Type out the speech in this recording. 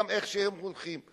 גם איך שהם, ,